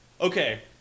okay